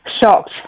Shocked